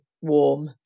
warm